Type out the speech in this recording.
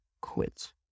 quit